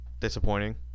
disappointing